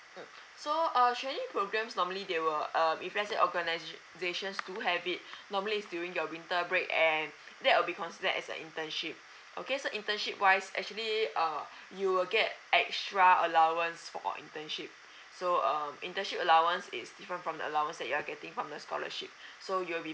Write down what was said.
mm so uh actually programs normally they will uh if lets say organisation do have it normally is during your winter break and that will be considered as a internship okay so internship wise actually uh you will get extra allowance for internship so um internship allowance is different from the allowance that you're getting from the scholarship so you'll be